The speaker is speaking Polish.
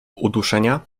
uduszenia